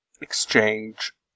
exchange